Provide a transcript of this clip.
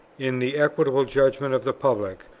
in the equitable judgment of the public,